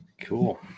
Cool